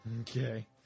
Okay